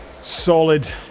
solid